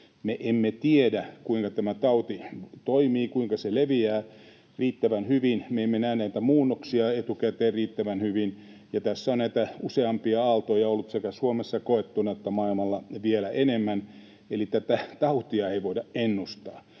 hyvin, kuinka tämä tauti toimii, kuinka se leviää. Me emme näe näitä muunnoksia etukäteen riittävän hyvin. Tässä on näitä useampia aaltoja ollut sekä Suomessa koettuna että maailmalla vielä enemmän, eli tätä tautia ei voida ennustaa.